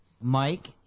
Mike